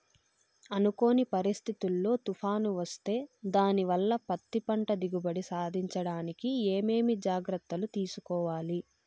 అనుకోని పరిస్థితుల్లో తుఫాను వస్తే దానివల్ల పత్తి పంట దిగుబడి సాధించడానికి ఏమేమి జాగ్రత్తలు తీసుకోవాలి?